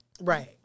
Right